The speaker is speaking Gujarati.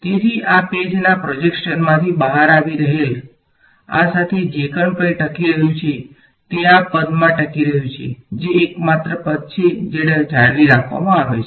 તેથી આ પેજના પ્રોજેક્શનમાંથી બહાર આવી રહેલી આ સાથે જે કંઈ પણ ટકી રહ્યું છે તે આ પદમાં ટકી રહ્યું છે જે એકમાત્ર પદ છે જે જાળવી રાખવામાં આવે છે